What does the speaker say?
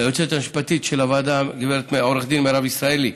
ליועצת המשפטית של הוועדה עו"ד מירב ישראלי,